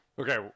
Okay